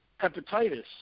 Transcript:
hepatitis